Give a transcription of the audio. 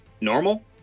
Normal